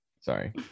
Sorry